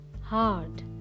hard